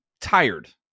tired